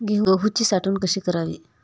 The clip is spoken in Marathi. गहूची साठवण कशी करावी?